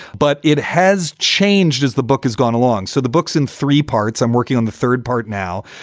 but it has changed as the book has gone along. so the books in three parts i'm working on the third part now.